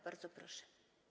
Bardzo proszę.